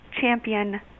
champion